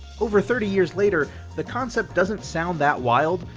over thirty years later the concept doesn't sound that wild,